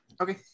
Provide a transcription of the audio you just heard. Okay